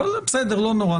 אבל לא נורא,